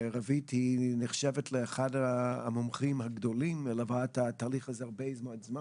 רוית נחשבת למומחית בתהליך הזה הרבה מאוד זמן.